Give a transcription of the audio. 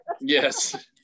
Yes